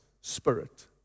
Spirit